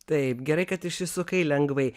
taip gerai kad išsisukai lengvai